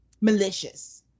malicious